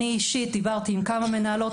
אני אישית דיברתי עם כמה מנהלות,